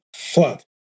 Fuck